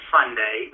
Sunday